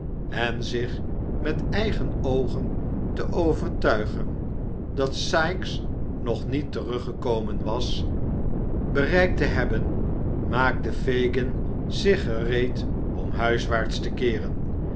en zich met eigen oogen te overtuigen dat sikes nog niet teruggekomen was bereikt te hebben maakte fagin zich gereed om huiswaarts te keeren